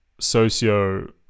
socio-